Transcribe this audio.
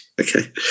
Okay